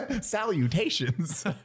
Salutations